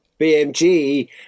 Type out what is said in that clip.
BMG